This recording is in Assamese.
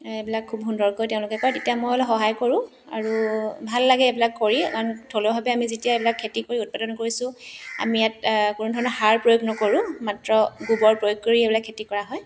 এইবিলাক খুব সুন্দৰকে তেওঁলোকে কৰে তেতিয়া মই অলপ সহায় কৰোঁ আৰু ভাল লাগে এইবিলাক কৰি কাৰণ থলুৱাভাৱে আমি যেতিয়া এইবিলাক খেতি কৰি উৎপাদন কৰিছোঁ আমি ইয়াত কোনোধৰণৰ সাৰ প্ৰয়োগ নকৰোঁ মাত্ৰ গোবৰ প্ৰয়োগ কৰি এইবিলাক খেতি কৰা হয়